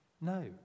No